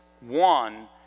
one